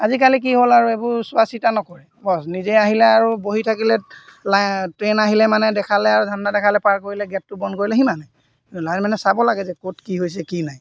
আজিকালি কি হ'ল আৰু এইবোৰ চোৱা চিতা নকৰে বছ নিজে আহিলে আৰু বহি থাকিলে লাই ট্ৰেইন আহিলে মানে দেখালে আৰু ধান্দা দেখালে পাৰ কৰিলে গে'টটো বন্ধ কৰিলে সিমানে কিন্তু লাইনমেনে চাব লাগে যে ক'ত কি হৈছে কি নাই